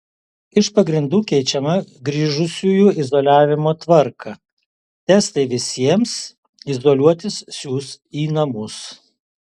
iš pagrindų keičiama grįžusiųjų izoliavimo tvarką testai visiems izoliuotis siųs į namus